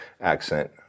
accent